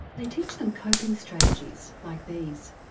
they teach them coping strategies like these.